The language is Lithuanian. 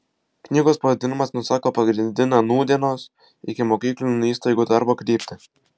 knygos pavadinimas nusako pagrindinę nūdienos ikimokyklinių įstaigų darbo kryptį